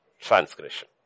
transgression